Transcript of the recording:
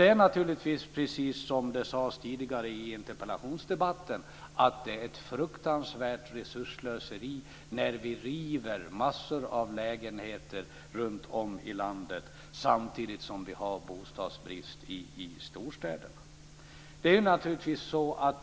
Det är naturligtvis, precis som det sades i interpellationsdebatten tidigare, ett fruktansvärt resursslöseri när vi river mängder av lägenheter runt om i landet samtidigt som vi har bostadsbrist i storstäderna.